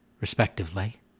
respectively